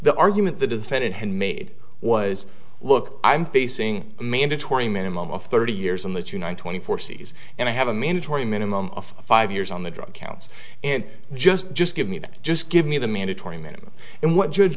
the argument the defendant had made was look i'm facing a mandatory minimum of thirty years on the tonight twenty four cs and i have a mandatory minimum of five years on the drug counts and just just give me just give me the mandatory minimum and what judge